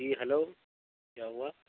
جی hello کیا ہوا